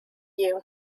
you